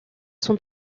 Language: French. sont